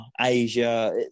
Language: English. Asia